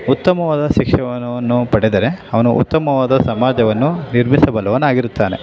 ಉತ್ತಮವಾದ ಶಿಕ್ಷಣವನ್ನು ಪಡೆದರೆ ಅವನು ಉತ್ತಮವಾದ ಸಮಾಜವನ್ನು ನಿರ್ಮಿಸಬಲ್ಲವನಾಗಿರುತ್ತಾನೆ